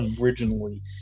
originally